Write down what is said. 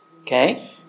Okay